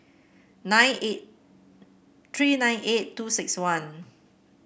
nine eight three nine eight two six one